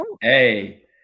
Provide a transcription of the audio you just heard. Hey